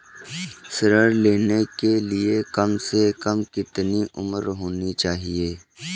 ऋण लेने के लिए कम से कम कितनी उम्र होनी चाहिए?